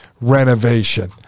renovation